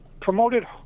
promoted